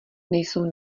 nejsou